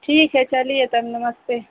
ठीक है चलिए सर नमस्ते